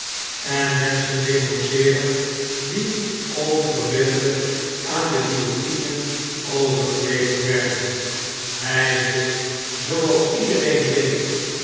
en menschen denonceeren die onverbiddelijk aan de guillotine overgeleverd werden hy wist zooals iedereen weet